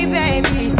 baby